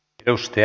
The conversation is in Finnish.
kiitos